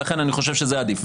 ולכן אני חושב שזה עדיף.